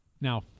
Now